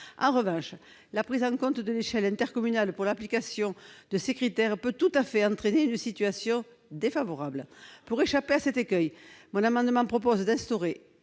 En revanche, la prise en compte de l'échelon intercommunal pour l'application de ces critères peut tout à fait entraîner une situation défavorable. Pour échapper à cet écueil, mon amendement vise à instaurer